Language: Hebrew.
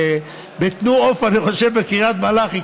תנו עוף בקריית מלאכי,